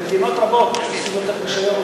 במדינות רבות לא צריך רשיון,